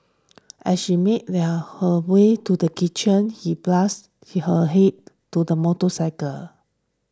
as she made well her way to the kitchen he bashed her head to the motorcycle